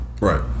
right